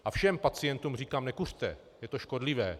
A všem pacientům říkám: Nekuřte, je to škodlivé.